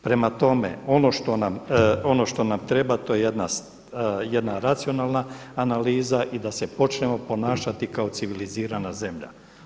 Prema tome, ono što nam treba to je jedna racionalna analiza i da se počnemo ponašati kao civilizirana zemlja.